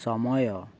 ସମୟ